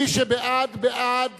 מי שבעד, בעד